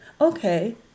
Okay